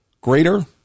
greater